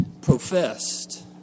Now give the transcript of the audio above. professed